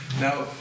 Now